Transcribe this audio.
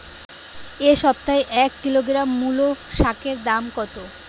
এ সপ্তাহে এক কিলোগ্রাম মুলো শাকের দাম কত?